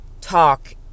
talk